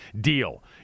deal